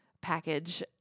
package